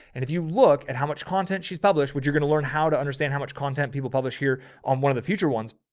and if you look at how much content she's published, what you're going to learn, how to understand how much content people publish here on one of the future ones.